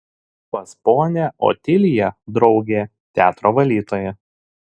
pas ponią otiliją draugė teatro valytoja